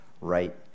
right